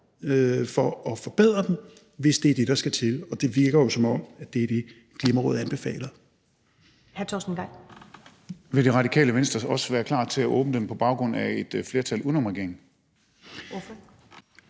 for at forbedre dem, hvis det er det, der skal til, og det virker jo, som om det er det, Klimarådet anbefaler.